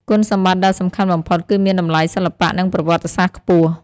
គុណសម្បត្តិដ៏សំខាន់បំផុតគឺមានតម្លៃសិល្បៈនិងប្រវត្តិសាស្ត្រខ្ពស់។